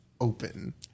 open